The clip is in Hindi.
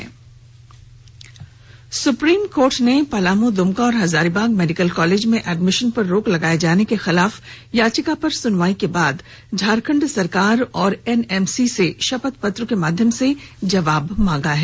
संक्षिप्त खबरें सुप्रीम कोर्ट ने पलामू दुमका और हजारीबाग मेडिकल कॉलेज में एडमिशन पर रोक लगाए जाने के खिलाफ याचिका पर सुनवाई के बाद झारखंड सरकार और एनएमसी से शपथ पत्र के माध्यम से जवाब मांगा है